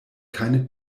keine